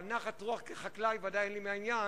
אבל נחת רוח כחקלאי ודאי אין לי מהעניין.